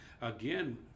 again